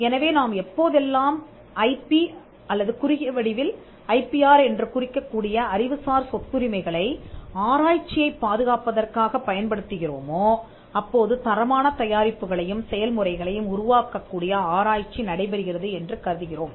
எனவே நாம் எப்போதெல்லாம் ஐபி அல்லது குறுகிய வடிவில் ஐ பி ஆர் என்று குறிக்கக்கூடிய அறிவுசார் சொத்துரிமைகளை ஆராய்ச்சியைப் பாதுகாப்பதற்காகப் பயன்படுத்துகிறோமோ அப்போது தரமான தயாரிப்புகளையும் செயல்முறைகளையும் உருவாக்கக்கூடிய ஆராய்ச்சி நடைபெறுகிறது என்று கருதுகிறோம்